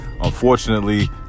unfortunately